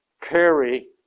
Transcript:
carry